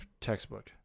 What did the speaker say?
textbook